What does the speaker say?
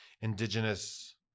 indigenous